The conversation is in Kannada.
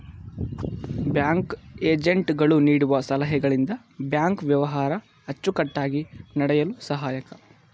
ಬ್ಯಾಂಕ್ ಏಜೆಂಟ್ ಗಳು ನೀಡುವ ಸಲಹೆಗಳಿಂದ ಬ್ಯಾಂಕ್ ವ್ಯವಹಾರ ಅಚ್ಚುಕಟ್ಟಾಗಿ ನಡೆಯಲು ಸಹಾಯಕ